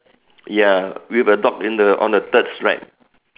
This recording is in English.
ya with a dog in the on the third stripe